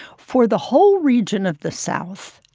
for the whole region of the south,